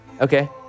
Okay